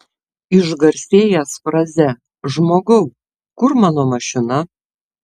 išgarsėjęs fraze žmogau kur mano mašina